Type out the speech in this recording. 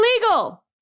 illegal